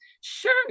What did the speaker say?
sure